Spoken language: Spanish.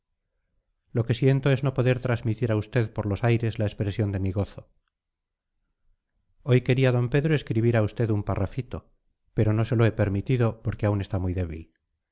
lo que siento es no poder transmitir a usted por los aires la expresión de mi gozo hoy quería d pedro escribir a usted un parrafito pero no se lo he permitido porque aún está muy débil